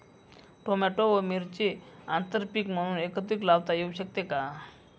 Tomato व मिरची आंतरपीक म्हणून एकत्रित लावता येऊ शकते का?